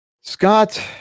scott